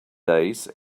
days